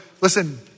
Listen